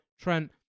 Trent